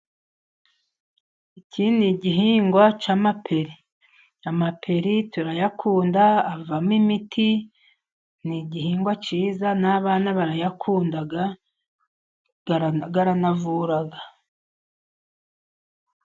Iki ni igihingwa cy'amaperi. Amaperi turayakunda avamo imiti, ni igihingwa cyiza, n'abana barayakunda, aranavura.